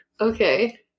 Okay